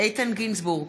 איתן גינזבורג,